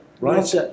Right